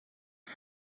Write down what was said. com